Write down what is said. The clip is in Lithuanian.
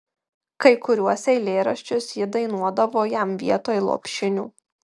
kai kuriuos eilėraščius ji dainuodavo jam vietoj lopšinių